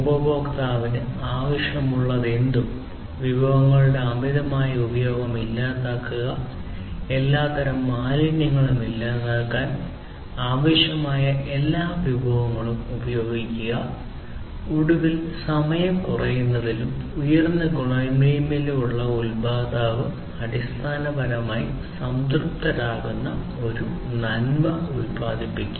ഉപഭോക്താവിന് ആവശ്യമുള്ളതെന്തും വിഭവങ്ങളുടെ അമിതമായ ഉപയോഗം ഇല്ലാതാക്കുക എല്ലാത്തരം മാലിന്യങ്ങളും ഇല്ലാതാക്കാൻ ആവശ്യമായ എല്ലാ വിഭവങ്ങളും ഉപയോഗിക്കുക ഒടുവിൽ സമയം കുറയ്ക്കുന്നതിലും ഉയർന്ന ഗുണമേന്മയുള്ളതിലും ഉപഭോക്താവ് അടിസ്ഥാനപരമായി സംതൃപ്തരാകുന്ന ഒരു നന്മ ഉത്പാദിപ്പിക്കുക